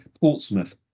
Portsmouth